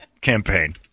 Campaign